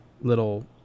little